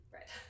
Right